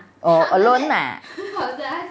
oh alone ah